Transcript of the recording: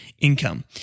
income